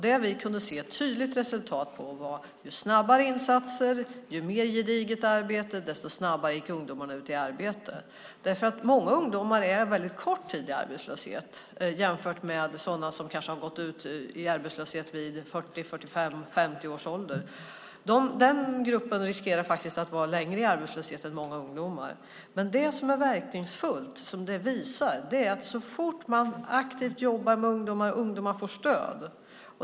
Det vi kunde se ett tydligt resultat av var att ju snabbare insatser och ju mer gediget arbete som genomfördes, desto snabbare gick ungdomarna ut i arbete. Många ungdomar är väldigt kort tid i arbetslöshet jämfört med dem som kanske har gått ut i arbetslöshet vid 40, 45 eller 50 års ålder. Den gruppen riskerar att vara längre i arbetslöshet än många ungdomar. Det som har visat sig verkningsfullt är att så fort som möjligt se till att man jobbar aktivt med ungdomar och att ungdomar får stöd.